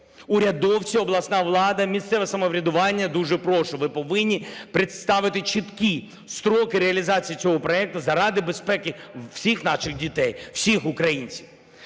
Урядовці, обласна влада, місцеве самоврядування, дуже прошу, ви повинні представити чіткі строки реалізації цього проєкту заради безпеки всіх наших дітей, всіх українців.